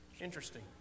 Interesting